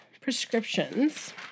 prescriptions